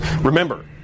Remember